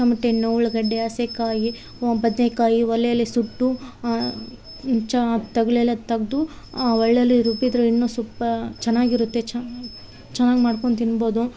tomato ಹಣ್ಣು ಉಳ್ಳಾಗಡ್ಡಿ ಹಸೆ ಕಾಯಿ ಬದನೇಕಾಯಿ ಒಲೇಲಿ ಸುಟ್ಟು ಚ ತೊಗ್ಲು ಎಲ್ಲ ತೆಗ್ದು ಒಳ್ಳೇಲಿ ರುಬ್ಬಿದರು ಇನ್ನು ಸ್ವಲ್ಪ ಚೆನ್ನಾಗಿರುತ್ತೆ ಚೆನ್ನಾಗ್ ಮಾಡ್ಕೊಂಡು ತಿನ್ಬೌದು